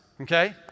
okay